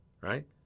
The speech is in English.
Right